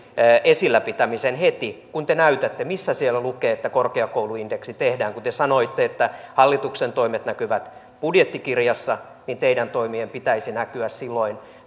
esillä pitämisen heti kun te näytätte missä siellä lukee että korkeakouluindeksi tehdään kun te sanoitte että hallituksen toimet näkyvät budjettikirjassa niin teidän toimienne pitäisi näkyä silloin